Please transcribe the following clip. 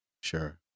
Sure